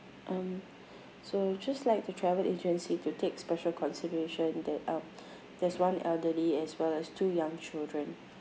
um so just like the travel agency to take special consideration that uh there's one elderly as well as two young children